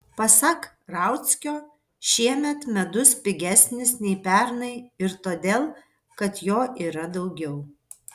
pasak rauckio šiemet medus pigesnis nei pernai ir todėl kad jo yra daugiau